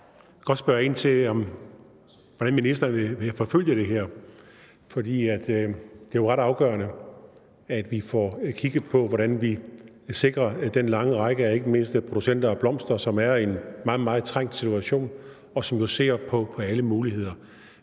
Jeg vil godt spørge ind til, hvordan ministeren vil forfølge det her. For det er jo ret afgørende, at vi får kigget på, hvordan vi sikrer den lange række af ikke mindst producenter af blomster, som er i en meget, meget trængt situation, og som jo ser på alle muligheder.